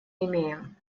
имеем